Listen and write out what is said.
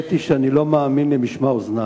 האמת היא שאני לא מאמין למשמע אוזני,